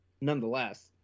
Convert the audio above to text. nonetheless